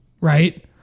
right